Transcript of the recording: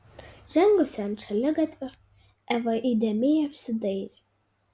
žengusi ant šaligatvio eva įdėmiai apsidairė